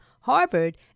Harvard